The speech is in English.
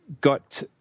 got